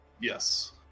Yes